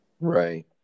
Right